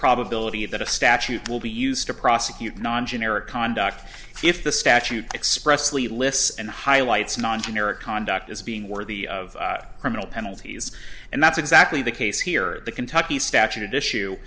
probability that a statute will be used to prosecute non generic conduct if the statute expressly lists and highlights non generic conduct as being worthy of criminal penalties and that's exactly the case here the kentucky statute issue